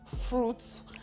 fruits